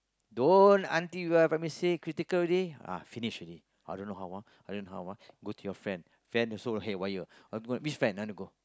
don't until you have a mistake critical already ah finish already I don't know how ah I don't know how ah go to your friend friend also haywire I want to go which friend you want to go